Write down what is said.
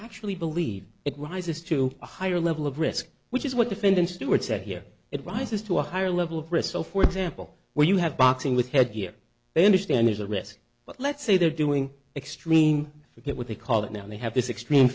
actually believe it rises to a higher level of risk which is what defendant stewart said here it rises to a higher level of risk so for example when you have boxing with headgear they understand there's a risk but let's say they're doing extreme for get what they call it now they have this extreme